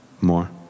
more